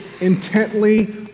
intently